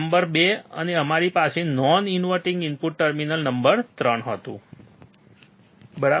number 2 અને અમારી પાસે non inverting input terminal number 3 હતું બરાબર